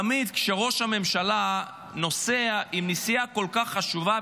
תמיד כשראש הממשלה נוסע לנסיעה מדינית כל כך חשובה,